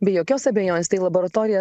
be jokios abejonės tai laboratorija